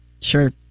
Sure